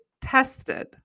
tested